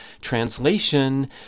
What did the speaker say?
Translation